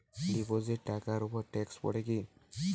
Deposit টাকার উপর tax পড়ে কি?